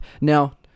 Now